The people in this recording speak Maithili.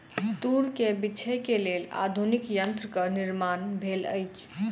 तूर के बीछै के लेल आधुनिक यंत्रक निर्माण भेल अछि